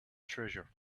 treasure